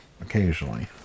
occasionally